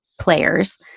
players